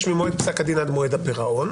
יש ממועד פסק הדין עד מועד הפירעון,